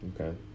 okay